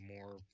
more